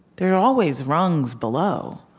there are always rungs below.